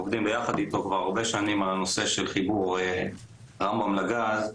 ועובדים ביחד איתו כבר הרבה שנים על הנושא של חיבור רמב"ם לגז,